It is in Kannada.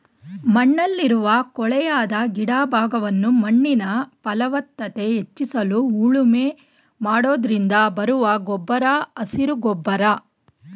ಮಣ್ಣಲ್ಲಿರುವ ಕೊಳೆಯದ ಗಿಡ ಭಾಗವನ್ನು ಮಣ್ಣಿನ ಫಲವತ್ತತೆ ಹೆಚ್ಚಿಸಲು ಉಳುಮೆ ಮಾಡೋದ್ರಿಂದ ಬರುವ ಗೊಬ್ಬರ ಹಸಿರು ಗೊಬ್ಬರ